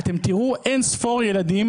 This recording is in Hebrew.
מה ענית להם?